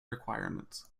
requirements